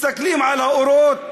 מסתכלים על האורות